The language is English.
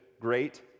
great